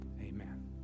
Amen